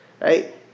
Right